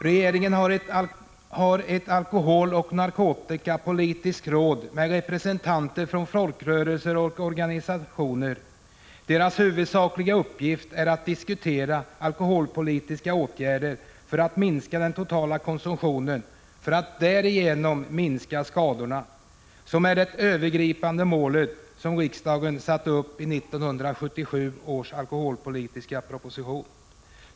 Regeringen har ett alkoholoch narkotikapolitiskt råd med representanter för folkrörelser och organisationer. Deras huvudsakliga uppgift är att diskutera alkoholpolitiska åtgärder för att minska den totala konsumtionen, för att därigenom minska skadorna. Det är det övergripande målet, som sattes upp i 1977 års alkoholpolitiska proposition.